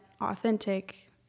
authentic